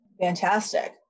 Fantastic